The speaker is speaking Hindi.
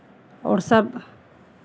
और सब